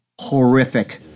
Horrific